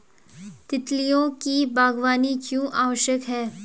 तितलियों की बागवानी क्यों आवश्यक है?